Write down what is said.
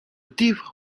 thief